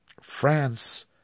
France